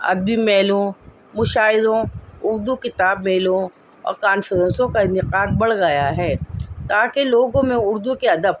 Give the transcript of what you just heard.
ادبی میلوں مشاعروں اردو کتاب میلوں اور کانفرنسوں کا انعقار بڑھ گیا ہے تاکہ لوگوں میں اردو کے ادب